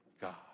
God